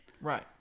Right